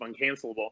uncancelable